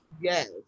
Yes